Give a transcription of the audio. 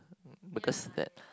because that